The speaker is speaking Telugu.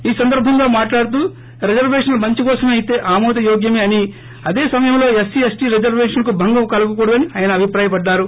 ఈ సందర్బంగా మాట్లడుతూ రిజర్వేషన్లు మంచికోసమే అయితే ఆమోదయోగ్యమే అని అదే సమయంలో ఎస్పీ ఎస్పీ రిజర్వేషన్లకు భంగం కలుగకూడదని ఆయన అభిప్రాయపడ్లారు